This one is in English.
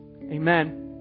Amen